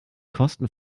kosten